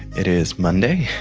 it is monday,